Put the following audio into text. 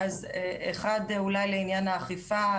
אז אחד אולי לעניין האכיפה,